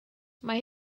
mae